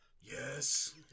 Yes